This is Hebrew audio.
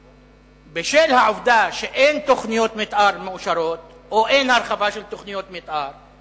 בשל העובדה שאין תוכניות מיתאר מאושרות או אין הרחבה של תוכניות מיתאר,